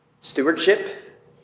stewardship